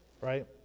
right